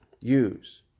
use